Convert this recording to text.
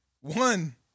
One